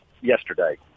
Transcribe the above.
yesterday